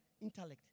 intellect